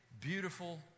beautiful